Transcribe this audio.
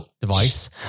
device